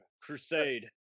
Crusade